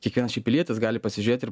kiekvienas šiaip pilietis gali pasižėti ir